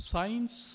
Science